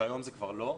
היום זה כבר לא.